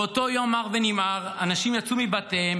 באותו יום מר ונמהר אנשים יצאו מבתיהם